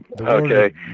Okay